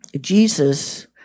Jesus